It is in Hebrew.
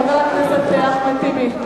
חבר הכנסת אחמד טיבי.